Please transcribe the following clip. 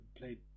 played